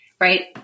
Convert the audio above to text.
right